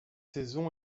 saison